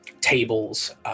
Tables